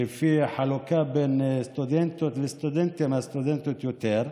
בחלוקה בין סטודנטים לסטודנטיות יש יותר סטודנטיות.